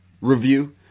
review